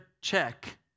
check